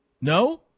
No